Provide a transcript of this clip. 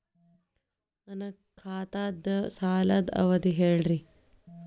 ನನ್ನ ಖಾತಾದ್ದ ಸಾಲದ್ ಅವಧಿ ಹೇಳ್ರಿ